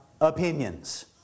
opinions